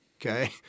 Okay